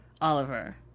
Oliver